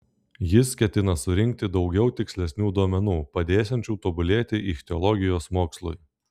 jis ketina surinkti daugiau tikslesnių duomenų padėsiančių tobulėti ichtiologijos mokslui